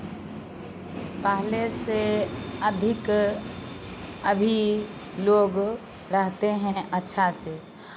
पहले से अधिक अभी लोग रहते हैं अच्छा से